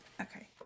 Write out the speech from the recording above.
Okay